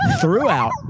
throughout